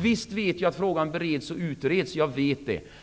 Visst vet jag att frågan bereds och utreds,